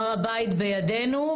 הר הבית בידינו,